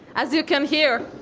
as you can hear